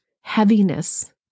heaviness